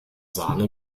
sahne